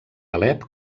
alep